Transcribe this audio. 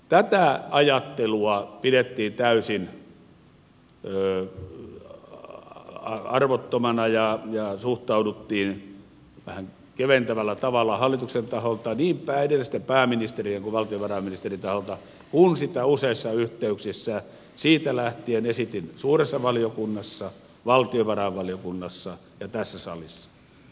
tätä ajattelua pidettiin täysin arvottomana ja suhtauduttiin vähän keventävällä tavalla hallituksen taholta niin edellisten pääministerien kuin valtiovarainministerien taholta kun sitä useissa yhteyksissä siitä lähtien esitin suuressa valiokunnassa valtiovarainvaliokunnassa ja tässä salissa